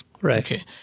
Right